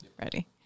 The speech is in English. Ready